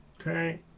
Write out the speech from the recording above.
Okay